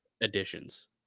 Additions